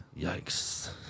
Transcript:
Yikes